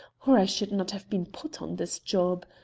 or i should not have been put on this job.